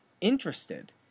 interested